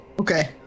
okay